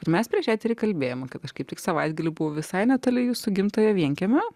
mes prieš eterį kalbėjome kad aš kaip tik savaitgalį buvo visai netoli jūsų gimtojo vienkiemio